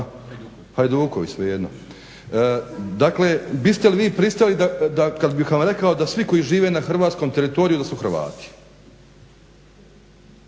Hajduković biste li vi pristali da kad bih vam rekao da svi koji žive na hrvatskom teritoriju da su Hrvati.